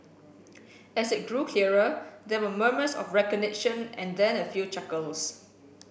as it grew clearer there were murmurs of recognition and then a few chuckles